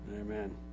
Amen